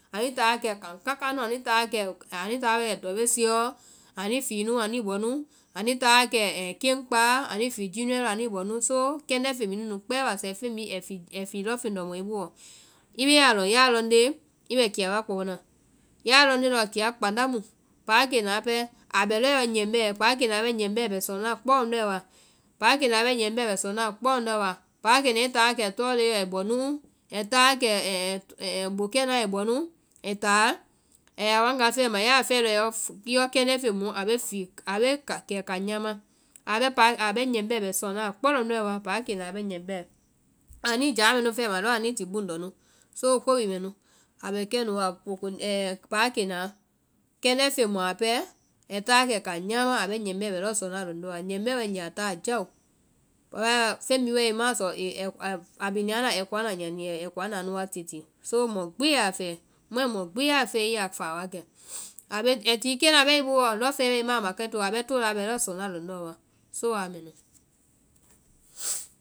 Anuĩ táa wa kɛ kaŋ káká nu, anuĩ táa wa kɛ dɔwesiɔ, anuĩ fii nu anuĩ bɛ nu. anuĩ táa wa kɛ keŋ kpáa ai fii ji nyɔe lɔ anuĩ bɔ nu, so kɛndɛ́ feŋ bhii nu nu kpɛɛ basae feŋ bhii ai fii lɔŋfeŋ lɔ mɔ booɔ i bee a lɔŋ, ya lɔŋ nde i bɛ kiya wa kpao naã, ya a lɔŋ nde lɔɔ kiya kpánda mu. Páakenaã pɛɛ a bɛ lɔɔ yɔ nyɛmbɛɛ́. Páakenaã bɛ nyɛmbɛɛ́ bɛ sɔna kpɔ lɔndoɔ́ wa, páakenaã bɛ nyɛmbɛɛ́ bɛ sɔna kpɔ lɔndɔ́ wa, páakenaã i táa wa kɛ tɔlee lɔ ai bɔ núu, ai táa wa kɛ bokɛ naã ai bɔ núu, ai táa a ya wanga fɛma ya a fɛe lɔɔ kɛndɛ́ feŋ mu a bee kɛ kaŋ nyama, a bɛ páa-a bɛ nyɛmbɛɛ́ bɛ sɔna kpɔ lɔndɔ wa. Páakenaã bɛ nyɛmbɛɛ́, ani jáa mɛnu fɛma anuĩ ti buŋ nu, so ko bhii mɛ nu, abɛ kɛnu wa, poo ko páakenaã kɛndɛ́ feŋ mu a pɛɛ ai ta wa kɛ kaŋ nyama, a bɛ nyɛmbɛɛ́ bɛ lɔɔ sɔna lɔndɔ́ wa. Nyɛmbɛɛ́ waigee a táa jao, feŋ bhii waigee ai bi anda aikuana nyia nii ai aikuana nu wa tete. so mɔ gbi ya fɛɛ, mɔi mɔɔ gbi ya a fɛɛ a ya fáa na wa, ai ti keŋ na bɛɛ i booɔ, lɔŋfeŋɛ bɛɛ i ma a ma kae to, a bɛ tolaa bɛ lɔ sɔna lɔndɔɛ wa, so aa mɛ nu.